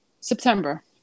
September